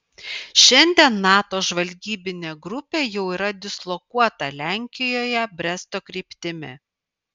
šiandien nato žvalgybinė grupė jau yra dislokuota lenkijoje bresto kryptimi